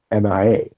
MIA